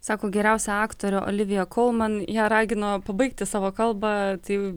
sako geriausia aktorė olivija kolman ją ragino pabaigti savo kalbą tai